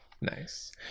nice